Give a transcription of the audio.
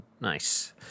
Nice